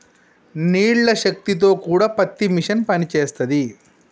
నీళ్ల శక్తి తో కూడా పత్తి మిషన్ పనిచేస్తది